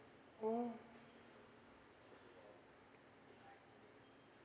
mm